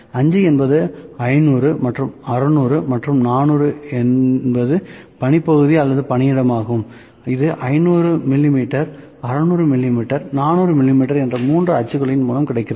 5 என்பது 500 மற்றும் 600 மற்றும் 400 என்பது பணி பகுதி அல்லது பணியிடமாகும் இது 500 மிமீ 600 மிமீ 400 மிமீ என்ற மூன்று அச்சுகளின் மூலம் கிடைக்கிறது